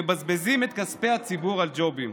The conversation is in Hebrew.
מבזבזים את כספי הציבור על ג'ובים.